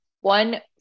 one